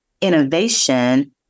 innovation